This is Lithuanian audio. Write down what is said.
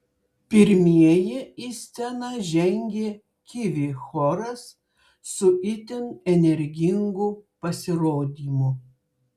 pirmieji į sceną žengė kivi choras su itin energingu pasirodymu